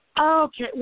Okay